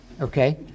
okay